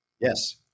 Yes